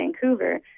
Vancouver